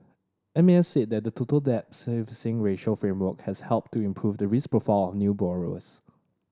M A S said that the Total Debt Servicing Ratio framework has helped to improve the risk profile of new borrowers